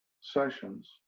sessions